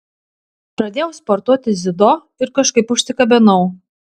pradėjau sportuoti dziudo ir kažkaip užsikabinau